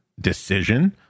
decision